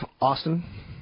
Austin